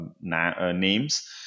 names